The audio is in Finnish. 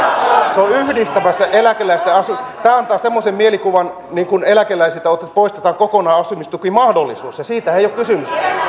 se on yhdistämässä eläkeläisten asumistukea tämä antaa semmoisen mielikuvan niin kuin eläkeläisiltä poistettaisiin kokonaan asumistukimahdollisuus ja siitähän ei ole kysymys